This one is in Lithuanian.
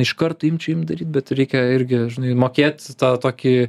iškart imt čia imt daryt bet reikia irgi žinai mokėt tą tokį